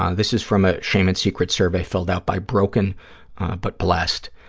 ah this is from a shame and secrets survey filled out by broken but blessed,